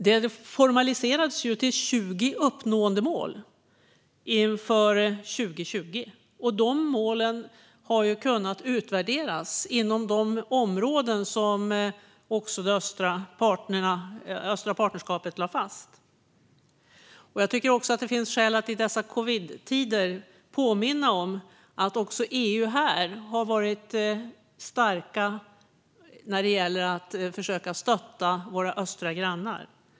Detta formaliserades till 20 uppnåendemål inför 2020. De målen har kunnat utvärderas inom de områden som också det östliga partnerskapet lade fast. Jag tycker att det finns skäl att i dessa covidtider påminna om att vi i EU har varit starka när det gäller att försöka stötta våra östra grannar.